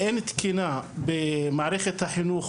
אין תקינה במערכת החינוך,